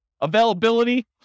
Availability